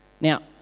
Now